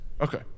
Okay